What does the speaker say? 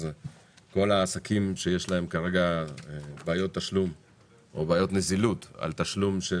כל העסקים שיש להם כרגע בעיות נזילות לתשלום של